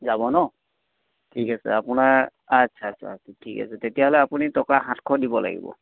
যাব ন ঠিক আছে আপোনাৰ আচ্ছা তেতিয়াহ'লে অপুনি টকা সাতশ দিব লাগিব